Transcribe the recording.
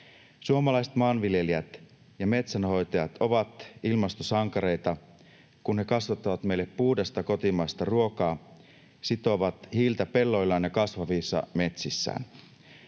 Suomalaiset maanviljelijät ja metsänhoitajat ovat ilmastosankareita, kun he kasvattavat meille puhdasta kotimaista ruokaa, sitovat hiiltä pelloillaan ja kasvavissa metsissään.